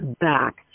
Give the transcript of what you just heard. back